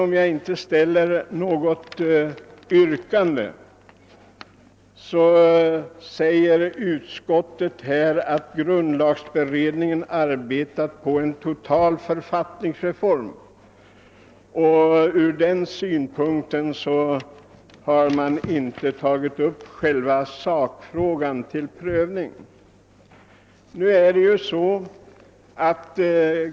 Utskottet skriver att grundlagberedningen arbetar på en total författningsreform, och med hänsyn härtill har utskottet inte tagit upp själva sakfrågan till prövning.